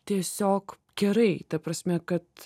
tiesiog gerai ta prasme kad